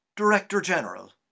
Director-General